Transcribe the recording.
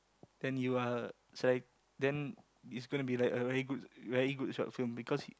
then you are sele~ then is going to be like a very good very good short film because